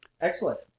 excellent